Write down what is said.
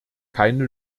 keine